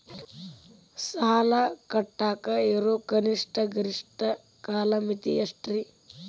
ಸಾಲ ಕಟ್ಟಾಕ ಇರೋ ಕನಿಷ್ಟ, ಗರಿಷ್ಠ ಕಾಲಮಿತಿ ಎಷ್ಟ್ರಿ?